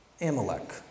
Amalek